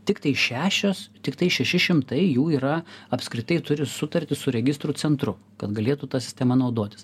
tiktai šešios tiktai šeši šimtai jų yra apskritai turi sutartį su registrų centru kad galėtų ta sistema naudotis